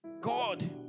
God